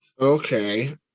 Okay